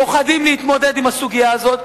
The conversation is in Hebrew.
פוחדים להתמודד עם הסוגיה הזאת,